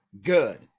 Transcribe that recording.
good